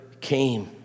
came